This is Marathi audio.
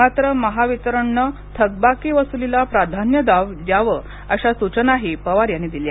मात्र महावितरणने थकबाकी वसुलीला प्राधान्य द्यावे अशा सूचनाही पवार यांनी दिल्या